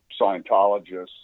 Scientologists